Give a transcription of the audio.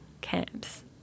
camps